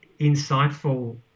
insightful